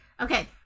Okay